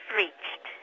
reached